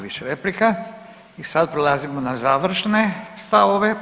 više replika i sad prelazimo na završne stavove.